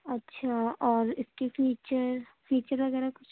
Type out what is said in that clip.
اچھا اور اِس کی فیچر فیچر وغیرہ کچھ